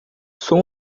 sou